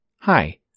Hi